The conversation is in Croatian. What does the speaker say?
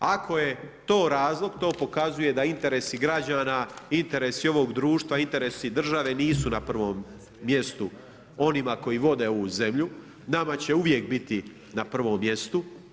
Ako je to razlog, to pokazuje da interesi građana i interesi ovog društva, interesi države nisu na prvom mjestu onima koji vode ovu zemlju, nama će uvijek biti na prvom mjestu.